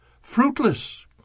fruitless